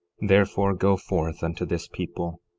therefore, go forth unto this people,